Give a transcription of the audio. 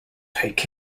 take